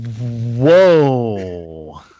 Whoa